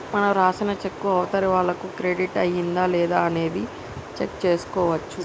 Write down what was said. మనం రాసిన చెక్కు అవతలి వాళ్లకు క్రెడిట్ అయ్యిందా లేదా అనేది చెక్ చేసుకోవచ్చు